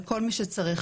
לכל מי שצריך,